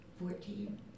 Fourteen